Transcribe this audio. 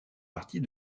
partie